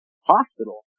hospital